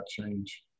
change